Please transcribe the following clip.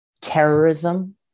terrorism